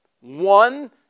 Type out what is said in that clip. One